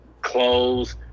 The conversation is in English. clothes